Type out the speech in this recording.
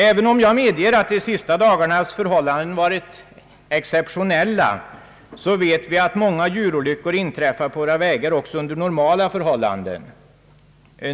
Även om de senaste dagarnas förhållanden varit exceptionella, så vet vi att många djurolyckor inträffar på våra vägar också under normala förhållanden.